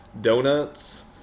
donuts